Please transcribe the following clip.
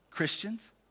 Christians